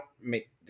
make